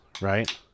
right